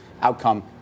outcome